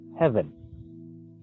heaven